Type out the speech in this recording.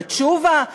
ותשובה,